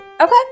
okay